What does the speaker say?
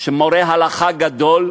מורה הלכה גדול,